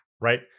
Right